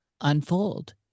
unfold